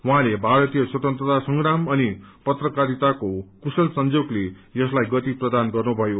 उहाँले भारतीय स्वतन्त्रता संग्राम अनि पत्रकारिताको कुशल संयोगले उहाँलाई गति प्रदान गर्नुभयो